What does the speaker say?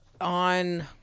on